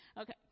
Okay